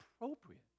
appropriate